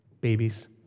Babies